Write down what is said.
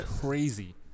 crazy